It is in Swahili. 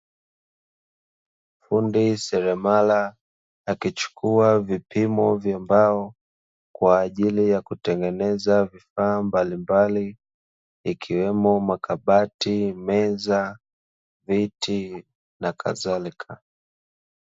Fundi seremala, akichukua vipimo vya mbao kwa ajili ya kutengeneza vifaa mbalimbali, ikiwemo; makabati, meza, viti na kadhalika.